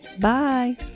Bye